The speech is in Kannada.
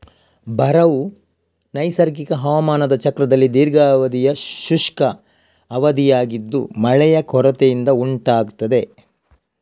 ಬರವು ನೈಸರ್ಗಿಕ ಹವಾಮಾನ ಚಕ್ರದಲ್ಲಿ ದೀರ್ಘಾವಧಿಯ ಶುಷ್ಕ ಅವಧಿಯಾಗಿದ್ದು ಮಳೆಯ ಕೊರತೆಯಿಂದ ಉಂಟಾಗ್ತದೆ